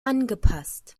angepasst